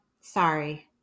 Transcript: sorry